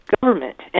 government